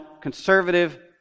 conservative